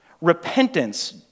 Repentance